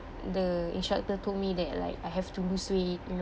the instructor told me that like I have to lose weight you know